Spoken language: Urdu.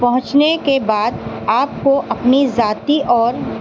پہنچنے کے بعد آپ کو اپنی ذاتی اور